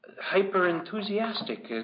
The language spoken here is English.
hyper-enthusiastic